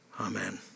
Amen